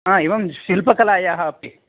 आं एवं शिल्पकलायाः अपि